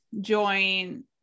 join